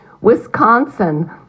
Wisconsin